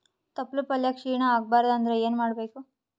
ತೊಪ್ಲಪಲ್ಯ ಕ್ಷೀಣ ಆಗಬಾರದು ಅಂದ್ರ ಏನ ಮಾಡಬೇಕು?